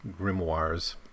grimoires